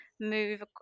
move